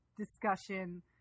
Discussion